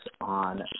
on